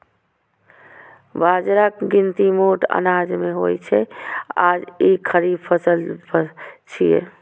बाजराक गिनती मोट अनाज मे होइ छै आ ई खरीफ फसल छियै